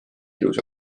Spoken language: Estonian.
ilus